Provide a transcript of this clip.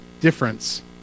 difference